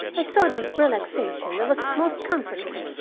a sort of relaxation that was most comforting.